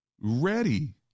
ready